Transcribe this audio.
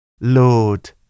Lord